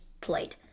played